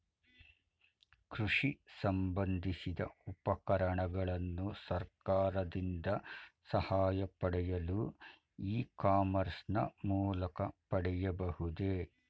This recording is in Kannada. ಕೃಷಿ ಸಂಬಂದಿಸಿದ ಉಪಕರಣಗಳನ್ನು ಸರ್ಕಾರದಿಂದ ಸಹಾಯ ಪಡೆಯಲು ಇ ಕಾಮರ್ಸ್ ನ ಮೂಲಕ ಪಡೆಯಬಹುದೇ?